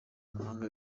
amahanga